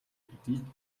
гэдгийг